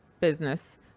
business